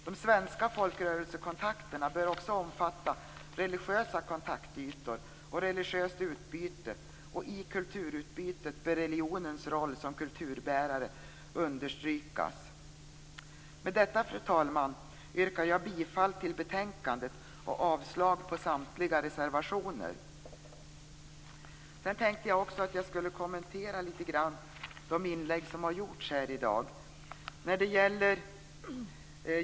De svenska folkrörelsekontakterna bör också omfatta religiösa kontaktytor och religiöst utbyte, och i kulturutbytet bör religionens roll som kulturbärare understrykas. Med detta, fru talman, yrkar jag bifall till utskottets hemställan och avslag på samtliga reservationer. Jag skall också kommentera de inlägg som har gjorts här i dag.